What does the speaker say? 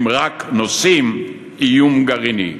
הם רק נושאים איום גרעיני.